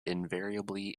invariably